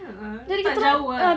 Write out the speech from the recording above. a'ah eh tak jauh ah